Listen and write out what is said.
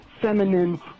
feminine